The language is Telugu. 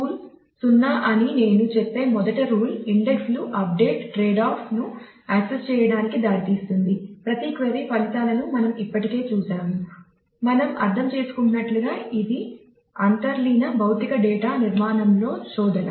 రూల్ 0 అని నేను చెప్పే మొదటి రూల్ ఇండెక్స్ లు అప్డేట్ ట్రేడ్ఆఫ్ను యాక్సెస్ చేయడానికి దారి తీస్తుంది ప్రతి క్వెరీ ఫలితాలను మనం ఇప్పటికే చూశాము మనం అర్థం చేసుకున్నట్లుగా ఇది అంతర్లీన భౌతిక డేటా నిర్మాణంలో శోధన